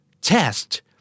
test